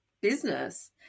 business